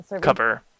cover